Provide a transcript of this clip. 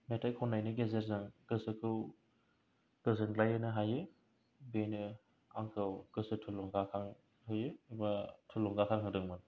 मेथाइ खननायनि गेजेरजों गोसोखौ गोजोनग्लाय होनो हायो बेनो आंखौ गोसो थुलुंगाखां होयो बा थुलुंगा खांहोदोंमोन